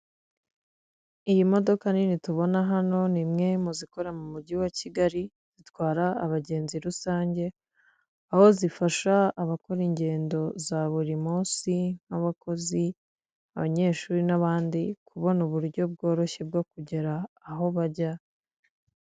iyi modoka nini tubona hano ni imwe mu zikora mu mujyi wa kigali, zitwara abagenzi rusange, aho zifasha abakora ingendo za buri munsi, nk'abakozi, abanyeshuri, n'abandi, kubona uburyo bworoshye bwo kugera aho bajya.